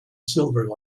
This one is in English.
silver